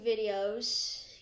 videos